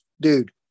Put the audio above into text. dude